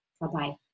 Bye-bye